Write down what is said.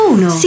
Uno